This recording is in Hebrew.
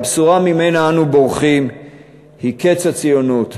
הבשורה שממנה אנו בורחים היא קץ הציונות,